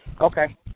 Okay